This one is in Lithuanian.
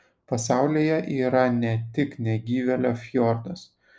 pasaulyje yra ne tik negyvėlio fjordas